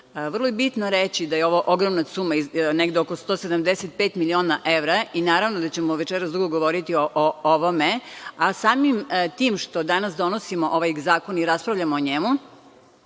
je bitno reći da je ovo ogromna suma, negde oko 175 miliona evra i naravno da ćemo večeras dugo govoriti o ovome, a samim tim što danas donosimo ovaj zakon i raspravljamo o njemu,